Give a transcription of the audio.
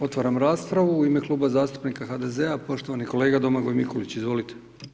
Otvaram raspravu u ime Kluba zastupnika HDZ-a, poštovani kolega Domagoj Mikulić, izvolite.